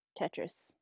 Tetris